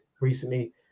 recently